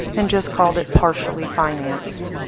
and just called it partially financed.